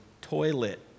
toilet